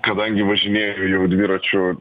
kadangi važinėju dviračiu